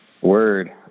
Word